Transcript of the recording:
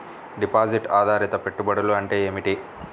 Deposit ఆధారిత పెట్టుబడులు అంటే ఏమిటి?